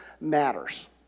matters